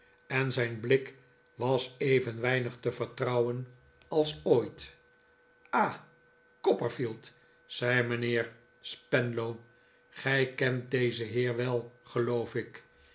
en zijn bliik was even weinig te vertrouwen als ooit ah copperfield zei mijnheer spenlow gij kent dezen heer wel geloof ik